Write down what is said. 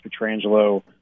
Petrangelo –